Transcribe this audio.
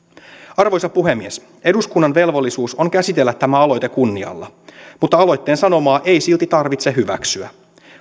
arvoisa puhemies eduskunnan velvollisuus on käsitellä tämä aloite kunnialla mutta aloitteen sanomaa ei silti tarvitse hyväksyä